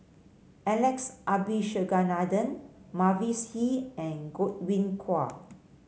Alex Abisheganaden Mavis Hee and Godwin Koay